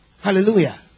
Hallelujah